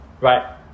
right